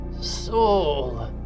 soul